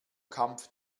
kampf